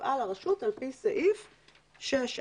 תפעל הרשות על פי סעיף 6א(1)(ז)(9).